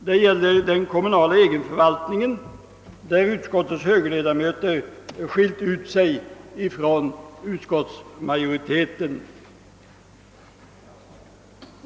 Det gäller den kommunala egen förvaltningen, där utskottets högerledamöter har skilt ut sig från utskottsmajoriteten.